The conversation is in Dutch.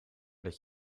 dat